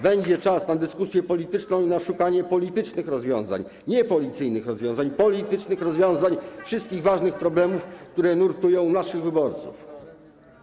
Będzie czas na dyskusję polityczną i na szukanie politycznych rozwiązań - nie policyjnych rozwiązań, ale politycznych rozwiązań - wszystkich ważnych problemów, które nurtują naszych wyborców.